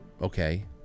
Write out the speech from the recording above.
okay